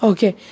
Okay